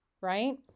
right